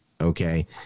Okay